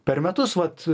per metus vat